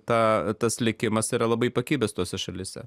tą tas likimas yra labai pakibęs tose šalyse